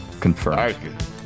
confirmed